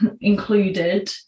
included